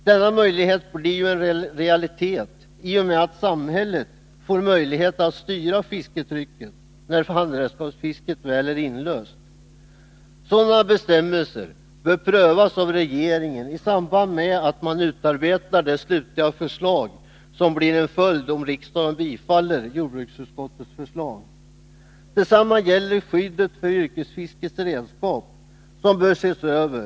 Detta blir ju en realitet i och med att samhället får möjlighet att styra fisketrycket när handredskapsfisket väl är inlöst. Sådana bestämmelser bör prövas av regeringen i samband med att man utarbetar det slutliga förslag som blir en följd om riksdagen bifaller jordbruksutskottets förslag. Detsamma gäller skyddet för yrkesfiskets redskap som bör ses över.